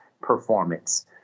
performance